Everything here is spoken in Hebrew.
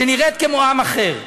שנראית כמו עם אחר.